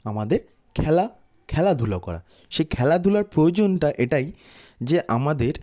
আমাদের খেলা খেলাধূলা করা সেই খেলাধূলার প্রয়োজনটা এটাই যে আমাদের